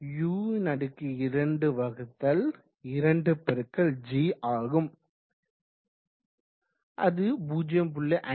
u22g ஆகும் அது 0